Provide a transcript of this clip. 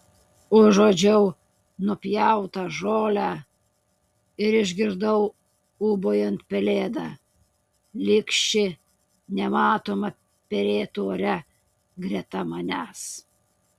užuodžiau nupjautą žolę ir išgirdau ūbaujant pelėdą lyg ši nematoma perėtų ore greta manęs